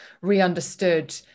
re-understood